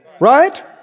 Right